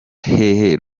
hehe